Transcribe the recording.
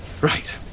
Right